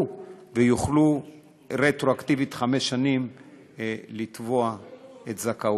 ויוכלו רטרואקטיבית חמש שנים לתבוע את זכאותן.